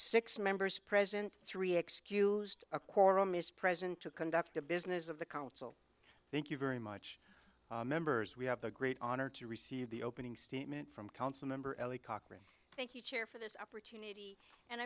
six members present three excused a quorum is present to conduct a business of the council thank you very much members we have the great honor to receive the opening statement from council member elie cochrane thank you chair for this opportunity and